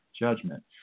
judgment